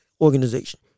organization